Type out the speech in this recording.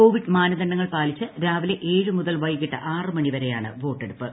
Covid മാനദണ്ഡങ്ങൾ പാലിച്ച് രാവിലെ ഏഴ് മുതൽ വൈകിട്ട് ആറ് മണി വരെയാണ് വോട്ടെടുപ്പ്